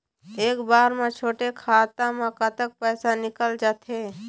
एक बार म छोटे खाता म कतक पैसा निकल जाथे?